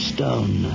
Stone